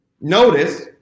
notice